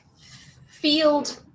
field